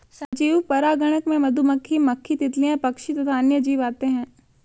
सजीव परागणक में मधुमक्खी, मक्खी, तितलियां, पक्षी तथा अन्य जीव आते हैं